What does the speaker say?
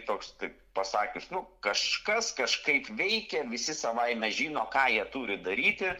toks kaip pasakius nu kažkas kažkaip veikia visi savaime žino ką jie turi daryti